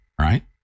Right